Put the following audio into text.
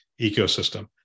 ecosystem